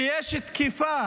כשיש תקיפה